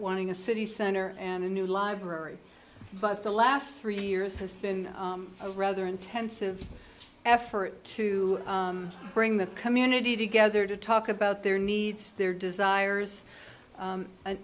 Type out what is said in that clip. wanting a city center and a new library but the last three years has been a rather intensive effort to bring the community together to talk about their needs their desires